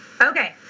Okay